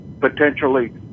potentially